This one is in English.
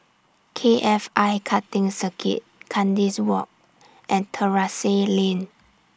K F I Karting Circuit Kandis Walk and Terrasse Lane